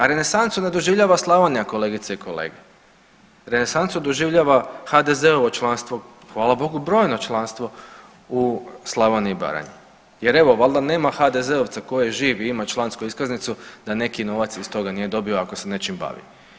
A renesansu ne doživljava Slavonija kolegice i kolege, renesansu doživljava HDZ-ovo članstvo, hvala Bogu brojno članstvo u Slavoniji i Baranji jer valja nema HDZ-ovca koji je živ i ima člansku iskaznicu da neki novac iz toga nije dobio ako se nečim bavi.